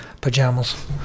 pajamas